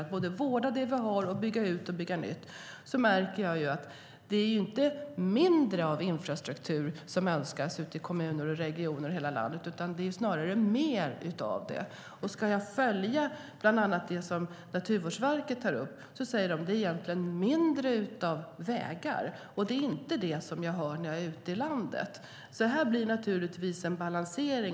Det handlar om att vårda det vi har och att bygga ut och bygga nytt. Jag märker att det inte är mindre av infrastruktur som önskas ute i kommuner och regioner och i hela landet utan snarare mer. Ska jag följa bland annat det som Naturvårdsverket tar upp? De säger: Det är egentligen mindre av vägar. Och det är inte det som jag hör när jag är ute i landet. Här blir det naturligtvis en balansering.